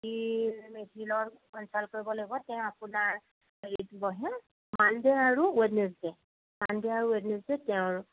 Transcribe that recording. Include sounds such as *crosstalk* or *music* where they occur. *unintelligible* মেছিনৰ consult কৰিব লাগিব তেওঁ আপোনাৰ হেৰিত বহে মান ডে' আৰু ৱেদনেছডে' মানডে' আৰু ৱেদনেছডে' তেওঁৰ